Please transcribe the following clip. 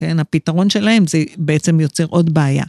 כן, הפתרון שלהם זה בעצם יוצר עוד בעיה.